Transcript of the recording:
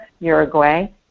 Uruguay